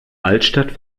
altstadt